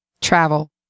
Travel